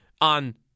on